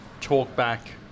talk-back